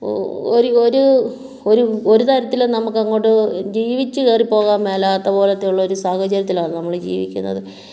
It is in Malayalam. ഓ ഒരു ഒരു ഒരു ഒരു തരത്തിലും നമുക്കങ്ങോട്ട് ജീവിച്ച് കയറി പോകാൻ മേലാത്ത പോലെത്തെ ഉളള ഒരു സാഹചര്യത്തിലാണ് നമ്മൾ ജീവിക്കുന്നത്